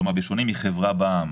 כלומר בשונה מחברה בע"מ